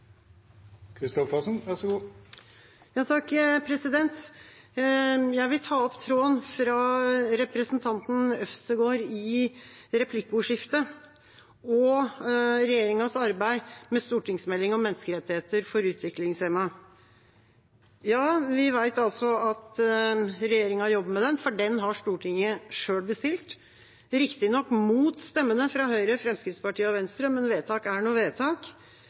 Jeg vil ta opp tråden fra representanten Øvstegård i replikkordskiftet og regjeringas arbeid med stortingsmelding om menneskerettigheter for utviklingshemmede. Ja, vi vet at regjeringa jobber med den, for den har Stortinget selv bestilt – riktignok mot stemmene fra Høyre, Fremskrittspartiet og Venstre, men vedtak er nå vedtak.